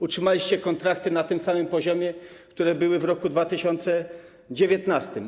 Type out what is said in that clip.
Utrzymaliście kontrakty na tym samym poziomie, który był w roku 2019.